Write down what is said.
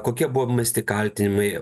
kokie buvo mesti kaltinimai